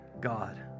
God